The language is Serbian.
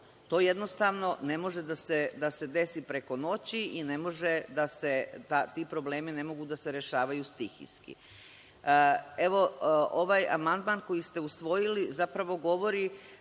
To jednostavno, ne može da se desi preko noći i ti problemi ne mogu da se rešavaju stihijski. Evo, ovaj amandman koji ste usvojili, zapravo govori